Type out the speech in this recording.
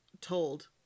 told